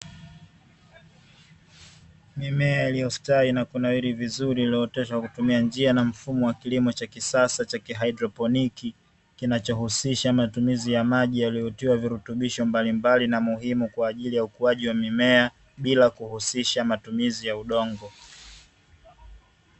Mimea iliyostawi na kunawiri vizuri, iliyooteshwa kwa kutumia njia na mfumo wa kilimo cha kisasa cha kihaidroponi, kinachohusisha matumizi ya maji yaliyotiwa virutubisho mbalimbali na muhimu kwa ajili ya ukuaji wa mimea, bila kuhusisha matumizi ya udongo.